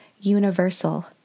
universal